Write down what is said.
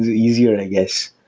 easier i guess.